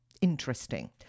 interesting